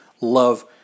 love